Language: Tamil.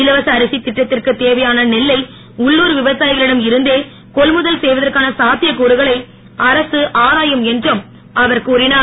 இலவச அரசித் இட்டத்திற்குத் தேவையான நெல்லை உள்ளூர் விவசாயிகளிடம் இருந்தே கொள்முதல் செய்வதற்கான சாத்தியக்கூறுகளை அரசு ஆராயும் என்றும் அவர் கூறிஞர்